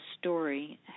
story